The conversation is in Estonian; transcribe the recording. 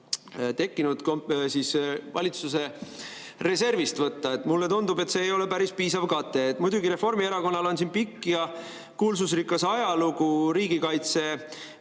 tekkinud, võtta valitsuse reservist. Mulle tundub, et see ei ole päris piisav kate. Muidugi, Reformierakonnal on siin pikk ja kuulsusrikas ajalugu riigikaitse